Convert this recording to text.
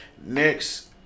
next